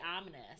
ominous